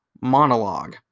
monologue